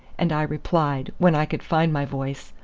and i replied, when i could find my voice,